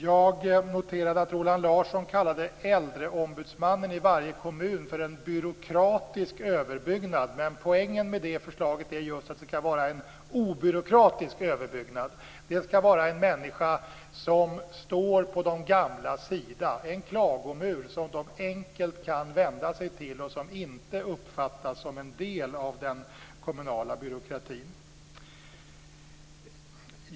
Jag noterade att Roland Larsson kallade äldreombudsmannen i varje kommun för en byråkratisk överbyggnad. Men poängen med förslaget är just att det skall vara en obyråkratisk överbyggnad. Det skall vara en människa som står på de gamlas sida, en klagomur, som de enkelt kan vända sig till och som inte uppfattas som en del av den kommunala byråkratin.